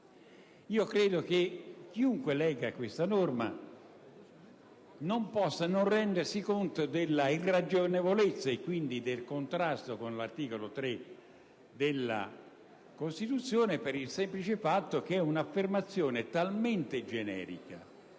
Credo che chiunque legga tale norma non possa non rendersi conto dell'irragionevolezza e quindi del contrasto con l'articolo 3 della Costituzione, per il semplice fatto che è un'affermazione talmente generica